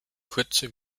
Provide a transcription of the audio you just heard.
kurze